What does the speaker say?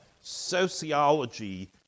sociology